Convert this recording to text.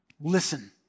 listen